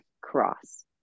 cross